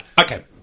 Okay